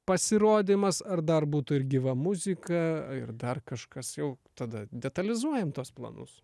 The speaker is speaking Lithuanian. pasirodymas ar dar būtų ir gyva muzika ir dar kažkas jau tada detalizuojam tuos planus